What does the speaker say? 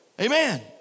Amen